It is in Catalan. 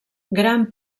gran